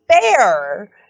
fair